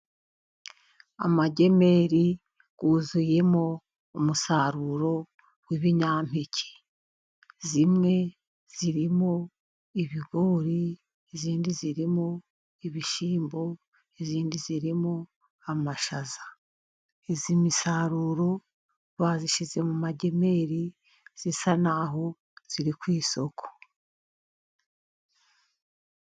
Amagemeri yuzuyemo umusaruro w'ibinyampeke, imwe irimo ibigori, indi irimo ibishyimbo, indi irimo amashaza. Iyi misaruro bayishyize mu magemeri isa n'aho iri ku isoko.